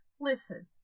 listen